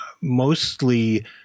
Mostly